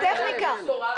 אנחנו לא מדברים על טכניקה.